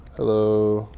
hello,